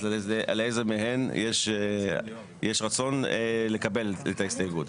על איזו מהן יש רצון לקבל את ההסתייגות.